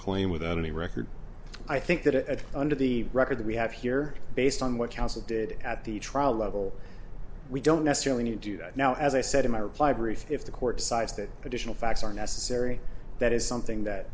claim without any record i think that under the record that we have here based on what council did at the trial level we don't necessarily need to do that now as i said in my reply brief if the court decides that additional facts are necessary that is something that